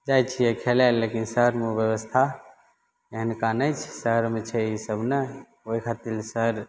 जाइ छियै खेलय लए लेकिन शहरमे व्यवस्था नहि छै शहरमे छै ईसब नहि ओइ खातिर शहर